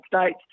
States